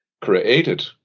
created